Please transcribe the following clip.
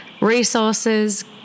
resources